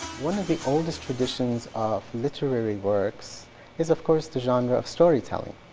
one of the oldest traditions of literary works is of course, the genre of storytelling.